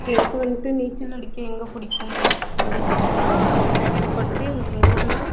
எனக்கு வந்துவிட்டு நீச்சல் அடிக்க எங்கே பிடிக்கும் அப்பிடின்னு கேட்டிங்கனா எனக்கு வந்துட்டு எங்கள் ஊரில்